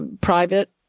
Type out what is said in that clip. private